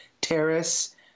terrace